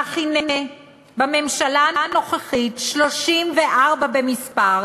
אך הנה, בממשלה הנוכחית, ה-34 במספר,